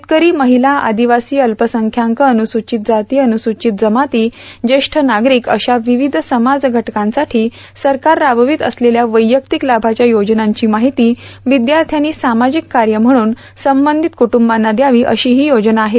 शेतकरी महिला आदिवासी अल्पसंख्यांक अनुसूचित जाती अनुसूचित जमाती ज्येष्ठ नागरिक अशा विविध समाज घटकांसाठी सरकार राबवित असलेल्या वैयक्तिक लाभाच्या योजनांची माहिती विद्यार्थ्यानी सामाजिक कार्य म्हणून संबंधित कुटुंबांना द्यावी अशी ही योजना आहे